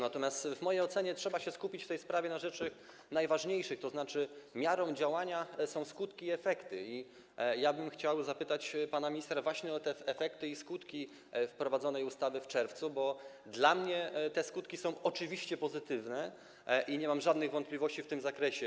Natomiast w mojej ocenie trzeba się skupić w tej sprawie na rzeczy najważniejszej, to znaczy, miarą działania są skutki i efekty i ja bym chciał zapytać pana ministra właśnie o te efekty i skutki ustawy wprowadzonej w czerwcu, bo dla mnie te skutki są oczywiście pozytywne i nie mam żadnych wątpliwości w tym zakresie.